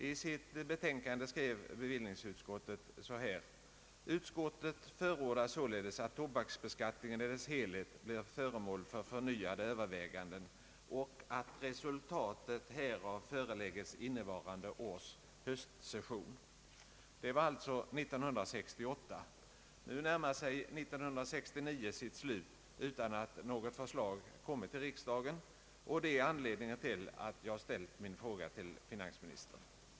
I sitt betänkande skrev bevillningsutskottet: »Utskottet förordar således att tobaksbeskattningen i dess helhet blir föremål för förnyade överväganden och att resultatet härav föreläggs innevarande års höstsession.» Detta var alltså 1968. Nu närmar sig 1969 sitt slut utan att något förslag lagts fram till riksdagen. Det är anledningen till att jag ställt min fråga till finansministern.